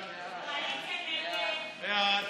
הצעת סיעת ישראל ביתנו להביע אי-אמון